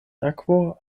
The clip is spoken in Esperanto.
akvo